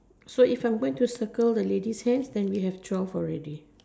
so if I'm going to circle the lady's hands then we have twelve already